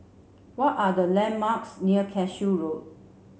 what are the landmarks near Cashew Road